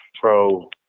pro